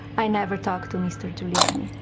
i never talk to mr. giuliani.